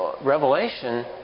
Revelation